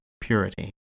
purity